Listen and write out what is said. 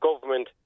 government